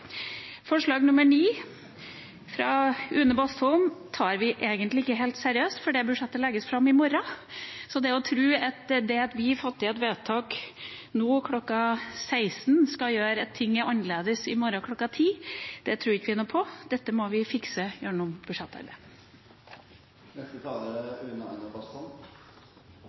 Forslag nr. 9, fra Une Aina Bastholm, tar vi egentlig ikke helt seriøst, for det budsjettet legges fram i morgen. Så å tro at det at vi fatter et vedtak nå kl. 16, skal gjøre at ting er annerledes i morgen kl. 10, tror vi ikke noe på. Dette må vi fikse gjennom